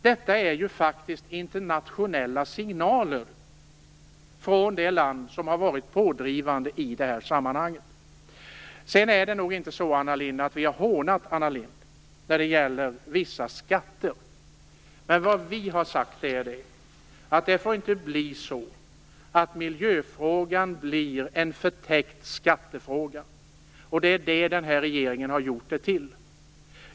Detta är faktiskt internationella signaler från det land som har varit pådrivande i detta sammanhang. Det är nog inte så att vi har hånat Anna Lindh när det gäller vissa skatter. Vad vi har sagt är att miljöfrågan inte får bli en förtäckt skattefråga. Det är det regeringen har gjort den till.